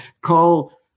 Call